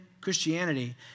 Christianity